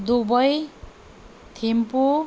Dubai Thimphu